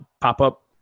pop-up